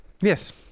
yes